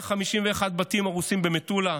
151 בתים הרוסים במטולה,